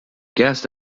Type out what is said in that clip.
guest